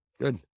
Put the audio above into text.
Good